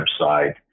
website